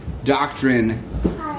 Doctrine